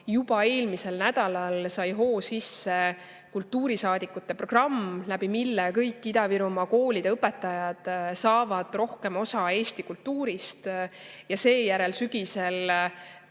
Juba eelmisel nädalal sai hoo sisse kultuurisaadikute programm, mille kaudu kõik Ida-Virumaa koolide õpetajad saavad rohkem osa Eesti kultuurist. Ja seejärel